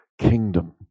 kingdom